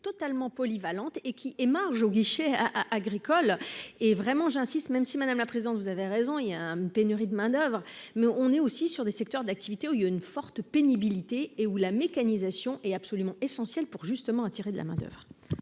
totalement polyvalente et qui émarge au guichet à agricole et vraiment j'insiste même si madame la présidente, vous avez raison, il y a une pénurie de main-d'oeuvre mais on est aussi sur des secteurs d'activités au a une forte pénibilité et où la mécanisation est absolument essentiel pour justement attirer de la main-d'oeuvre.